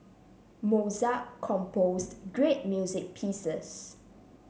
Mozart composed great music pieces